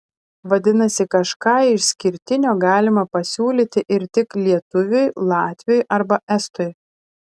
vadinasi kažką išskirtinio galima pasiūlyti ir tik lietuviui latviui arba estui